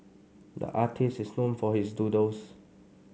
the artist is known for his doodles